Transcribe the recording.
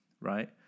right